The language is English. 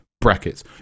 brackets